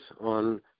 on